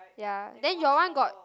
ya then your one got